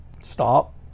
stop